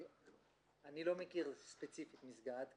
אני לא מכיר ספציפית מסגד.